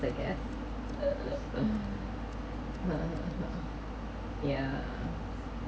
yeah